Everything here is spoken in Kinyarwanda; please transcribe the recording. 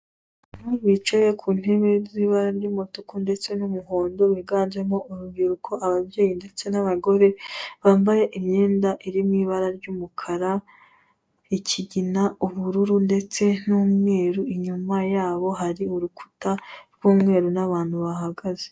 Bicaye ku ntebe zibara ry'umutuku ndetse n'umuhondo biganjemo urubyiruko, ababyeyi ndetse n'abagore bambaye imyenda iri mu ibara ry'umukara, ikigina, ubururu ndetse n'umweru. Inyuma yabo hari urukuta rw'umweru n'abantu bahahagaze.